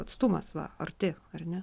atstumas va arti ar ne